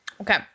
okay